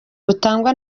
butangwa